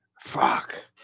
Fuck